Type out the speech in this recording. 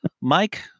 Mike